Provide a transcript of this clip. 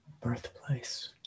birthplace